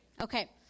Okay